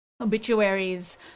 obituaries